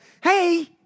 hey